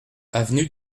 avenue